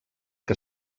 que